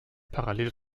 parallel